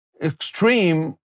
extreme